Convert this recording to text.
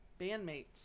bandmates